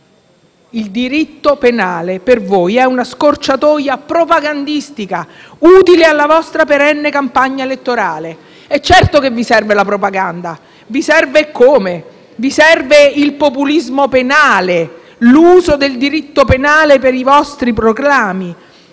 il diritto penale per voi è una scorciatoia propagandistica, utile alla vostra perenne campagna elettorale. Certo che vi serve la propaganda: vi serve eccome! Vi serve il populismo penale e l'uso del diritto penale per i vostri programmi.